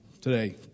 today